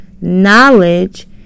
knowledge